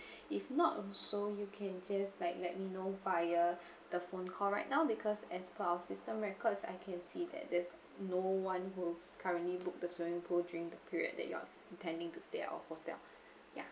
if not um so you can just like let me know via the phone call right now because as for our system records I can see that there's no one was currently book the swimming pool during the period that you're intending to stay of our hotel ya